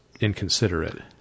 inconsiderate